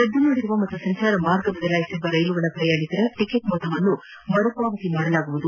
ರದ್ದುಗೊಳಿಸಿದ ಹಾಗೂ ಸಂಚಾರ ಮಾರ್ಗ ಬದಲಿಸಿದ ರೈಲುಗಳ ಪ್ರಯಾಣಿಕರ ಟಿಕೆಟ್ ಮೊತ್ತವನ್ನು ಮರುಪಾವತಿ ಮಾಡಲಾಗುವುದು